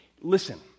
Listen